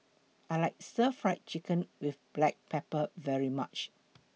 I like Stir Fried Chicken with Black Pepper very much